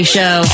Show